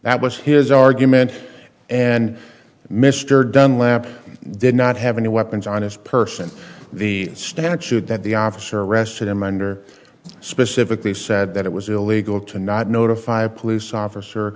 that was his argument and mr dunlap did not have any weapons on his person the standard should that the officer arrested him under specific they said that it was illegal to not notify a police officer